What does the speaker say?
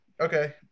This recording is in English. Okay